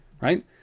right